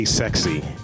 Sexy